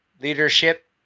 leadership